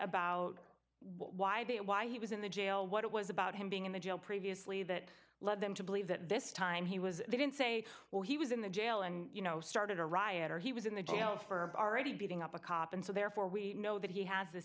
about why they why he was in the jail what it was about him being in the jail previously that led them to believe that this time he was they didn't say well he was in the jail and you know started a riot or he was in the jail for already beating up a cop and so therefore we know that he has this